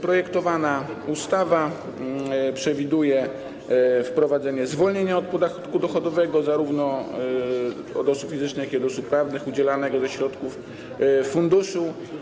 Projektowana ustawa przewiduje wprowadzenie zwolnienia od podatku dochodowego, zarówno od osób fizycznych, jak i od osób prawnych, finansowanych ze środków funduszu.